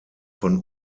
von